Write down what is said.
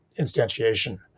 instantiation